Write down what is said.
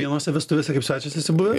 vienose vestuvėse kaip svečias esi buvęs